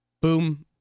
Boom